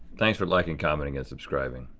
thanks for liking, commenting and subscribing.